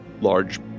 large